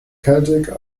celtic